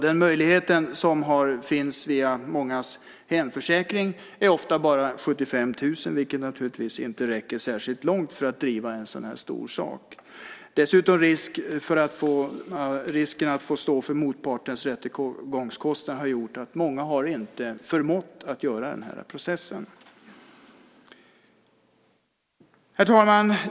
Den möjlighet som finns via mångas hemförsäkring är ofta bara 75 000, vilket naturligtvis inte räcker särskilt långt för att driva en så här stor sak. Risken för att få stå för motpartens rättegångskostnader har gjort att många inte har förmått att göra den här processen. Herr talman!